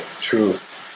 truth